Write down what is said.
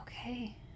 okay